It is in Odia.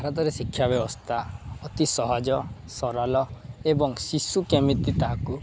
ଭାରତରେ ଶିକ୍ଷା ବ୍ୟବସ୍ଥା ଅତି ସହଜ ସରଳ ଏବଂ ଶିଶୁ କେମିତି ତାହାକୁ